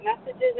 messages